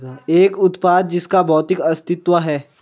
एक उत्पाद जिसका भौतिक अस्तित्व है?